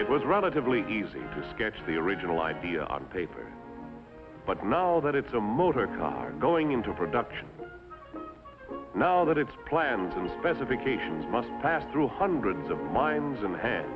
it was relatively easy to sketch the original idea on paper but now that it's a motor car going into production now that its plans and specifications must play through hundreds of mines in hand